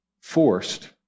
forced